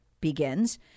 begins